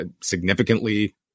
significantly